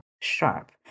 sharp